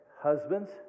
Husbands